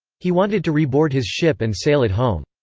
he wanted to reboard his ship and sail it home.